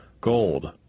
gold